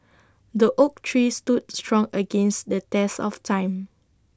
the oak tree stood strong against the test of time